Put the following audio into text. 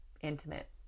intimate